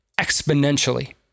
exponentially